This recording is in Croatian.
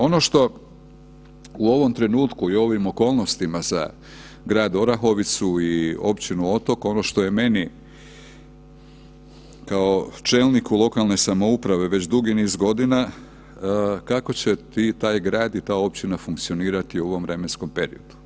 Ono što u ovom trenutku i ovim okolnostima za grad Orahovicu i općinu Otok, ono što je meni kao čelniku lokalne samouprave, već dugi niz godina, kako će ti, taj grad i ta općina funkcionirati u ovom vremenskom periodu.